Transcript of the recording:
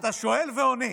אתה שואל ועונה.